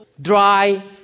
dry